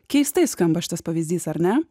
keistai skamba šitas pavyzdys ar ne